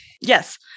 yes